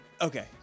Okay